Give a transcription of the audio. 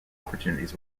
opportunities